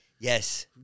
yes